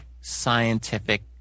scientific